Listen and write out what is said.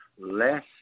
less